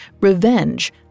revenge